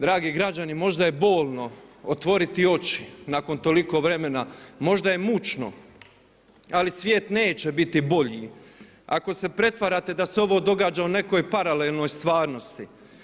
Dragi građani, možda je bolno otvoriti oči nakon toliko vremena, možda je mučno ali svijet neće biti bolji ako se pretvarate da se ovo događa u nekoj paralelnoj stvarnosti.